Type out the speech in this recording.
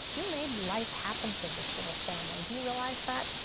you made life happen for this little family. do you realize that?